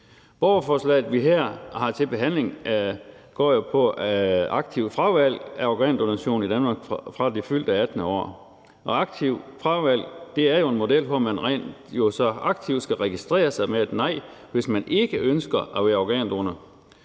Borgerforslaget, vi her har til behandling, går jo på aktivt fravalg af organdonation i Danmark fra det fyldte 18. år, og aktivt fravalg er jo en model, hvor man rent faktisk så aktivt skal registrere sig med et nej, hvis man ikke ønsker at være organdonor.